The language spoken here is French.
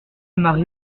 mari